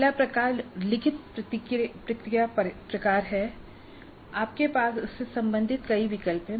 पहला प्रकार लिखित प्रतिक्रिया प्रकार है आपके पास उससे सम्बन्धित कई विकल्प है